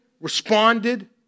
responded